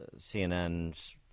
cnn's